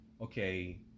okay